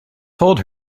told